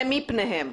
להגן מפניהם.